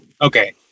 Okay